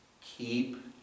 keep